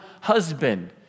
husband